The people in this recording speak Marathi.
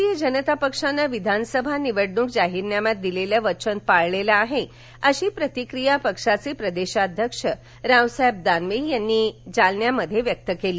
भारतीय जनता पक्षानं विधानसभा निवडणूक जाहीरनाम्यात दिलेले वचन पाळले आहे अशी प्रतिक्रिया पक्षाचे प्रदेशाध्यक्ष रावसाहेब दानवे यांनी जालना इथं काल व्यक्त केली